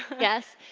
yes?